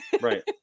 Right